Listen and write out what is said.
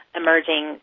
emerging